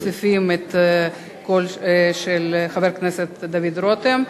14. מוסיפים את הקול של חבר הכנסת דוד רותם,